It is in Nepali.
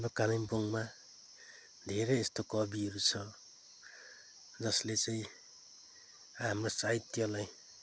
कालिम्पोङमा धेरै यस्तो कविहरू छ जसले चाहिँ हाम्रो साहित्यलाई